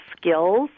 skills